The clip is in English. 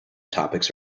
topics